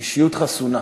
אישיות חסונה.